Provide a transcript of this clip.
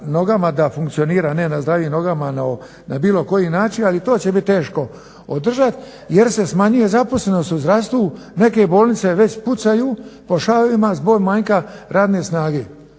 da funkcionira, ne na zdravim nogama no na bilo koji način, ali to će bit teško održati jer se smanjuje zaposlenost u zdravstvu. Neke bolnice već pucaju po šavovima zbog manjka radne snage